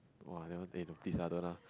!wah! that one eh no please lah don't lah